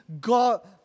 God